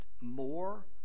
more